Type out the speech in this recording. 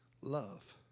love